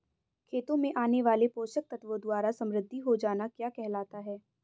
खेतों में आने वाले पोषक तत्वों द्वारा समृद्धि हो जाना क्या कहलाता है?